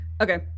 Okay